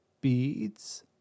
Beads